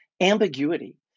ambiguity